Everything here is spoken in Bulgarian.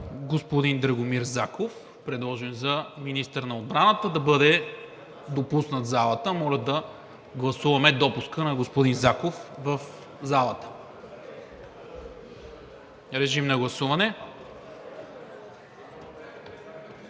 господин Драгомир Заков – предложен за министър на отбраната, да бъде допуснат в залата. Моля да гласуваме допуска на господин Заков в залата. Владимир Табутов?